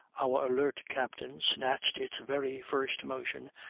our alert captain snatched its very first motion,